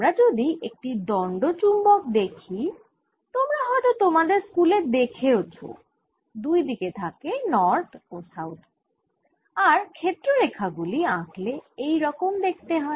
আমরা যদি একটি দণ্ডচুম্বক দেখি তোমরা হয়ত তোমাদের স্কুলে দেখেছ দুই দিকে থাকে N ও S আর ক্ষেত্র রেখা গুলি আঁকলে এই রকম দেখতে হয়